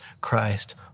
Christ